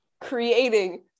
creating